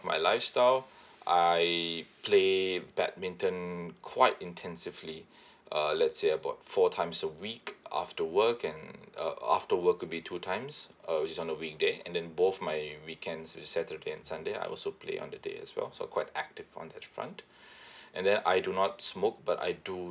my lifestyle I play badminton quite intensively err let's say about four times a week after work and uh after work will be two times uh which is on a weekday and then both my weekends with saturday and sunday I also play on that day as well so quite active on that front and then I do not smoke but I do